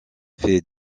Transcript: fait